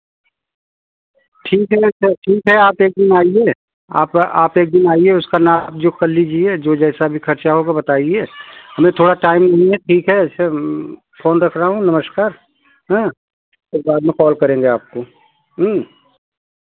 ठीक है तो ठीक है आप एक दिन आईए आप आप एक दिन आईए उसका नाप जो कर लीजिए जो जैसा भी खर्चा होगा बताईए हमें थोड़ा टाइम ठीक है अछा फोन रख रहा हूँ नमस्कार हाँ कल बाद में कॉल करेंगे आपको